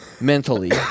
mentally